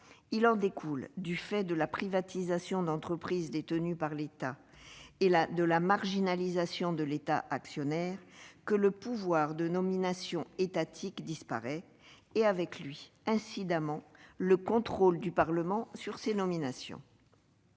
l'économie. Du fait de la privatisation d'entreprises détenues par l'État et de la marginalisation de l'État actionnaire, le pouvoir de nomination étatique disparaît et avec lui, incidemment, le contrôle du Parlement sur ces nominations.